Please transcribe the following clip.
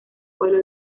pueblo